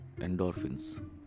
endorphins